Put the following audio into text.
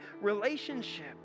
relationship